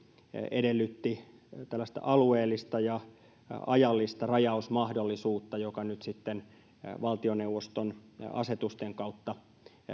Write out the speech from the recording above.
edellytti tällaista alueellista ja ajallista rajausmahdollisuutta joka nyt sitten valtioneuvoston asetusten kautta